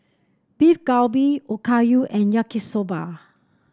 Beef Galbi Okayu and Yaki Soba